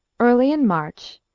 early in march,